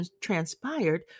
transpired